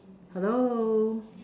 hello